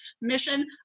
Mission